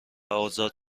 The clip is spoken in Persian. آزاد